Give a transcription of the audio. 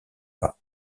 pas